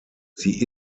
sie